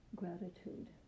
gratitude